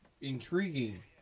intriguing